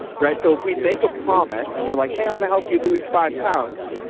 ah right. so if we make a promise and we're like, hey, i'm going to help you lose five pounds.